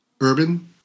Urban